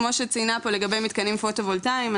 כמו שציינה פה לגבי מתקנים פוטו וולטאים,